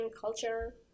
culture